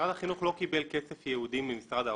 משרד החינוך לא קיבל כסף יעודי ממשרד האוצר.